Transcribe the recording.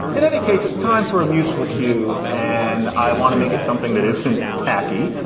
in any case, it's time for a musical cue. and i want to make it something that isn't tacky.